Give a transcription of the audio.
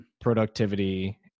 Productivity